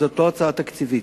זו לא הצעה תקציבית,